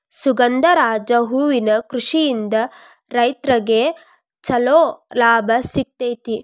ಸುಗಂಧರಾಜ ಹೂವಿನ ಕೃಷಿಯಿಂದ ರೈತ್ರಗೆ ಚಂಲೋ ಲಾಭ ಸಿಗತೈತಿ